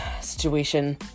situation